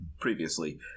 previously